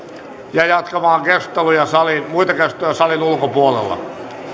ja jatkamaan muita keskusteluja salin ulkopuolella